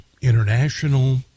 international